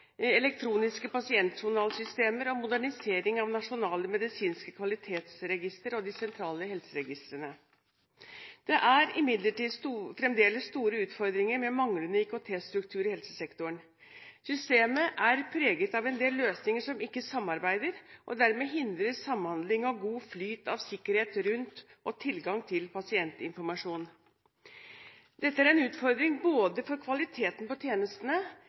elektroniske pasientjournalsystemer og modernisering av nasjonale medisinske kvalitetsregistre og de sentrale helseregistrene. Det er imidlertid fremdeles store utfordringer med manglende IKT-struktur i helsesektoren. Systemet er preget av en del løsninger som ikke samarbeider, og som dermed hindrer samhandling og god flyt av sikkerhet rundt og tilgang til pasientinformasjon. Dette er en utfordring både for kvaliteten på tjenestene,